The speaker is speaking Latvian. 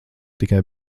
tikai